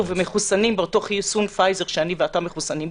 להגיע והם מחוסנים באותו חיסון פייזר שאתה ואני מחוסנים בו,